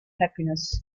happiness